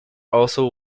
also